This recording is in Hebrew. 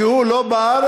שהוא לא בארץ,